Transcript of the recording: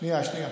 שנייה, שנייה.